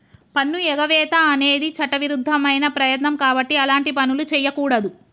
పన్నుఎగవేత అనేది చట్టవిరుద్ధమైన ప్రయత్నం కాబట్టి అలాంటి పనులు చెయ్యకూడదు